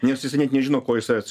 nes jisai net nežino ko iš savęs